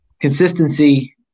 consistency